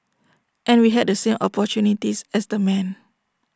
and we had the same opportunities as the men